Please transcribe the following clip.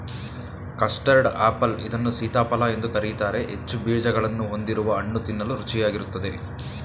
custard apple ಇದನ್ನು ಸೀತಾಫಲ ಎಂದು ಕರಿತಾರೆ ಹೆಚ್ಚು ಬೀಜಗಳನ್ನು ಹೊಂದಿರುವ ಹಣ್ಣು ತಿನ್ನಲು ರುಚಿಯಾಗಿರುತ್ತದೆ